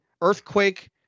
earthquake